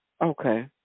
Okay